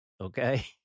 okay